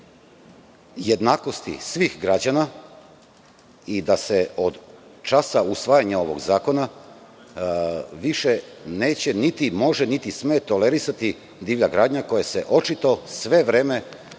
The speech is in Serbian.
jednakosti svih građana i da se od časa usvajanja ovog zakona više neće, niti može, niti sme tolerisati divlja gradnja koja se očito sve vreme